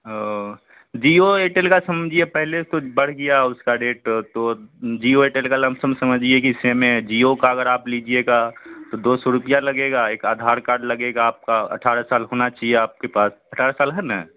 او جیو ایئرٹیل کا سمجھیے پہلے سے تو بڑھ گیا ہے اس کا ریٹ تو جیو ایئرٹیل کا لم سم سمجھیے کہ سیمے ہے جیو کا اگر آپ لیجیے گا تو دو سو روپیہ لگے گا ایک آدھار کارڈ لگے گا آپ کا اٹھارہ سال ہونا چاہیے آپ کے پاس اٹھارہ سال ہے نا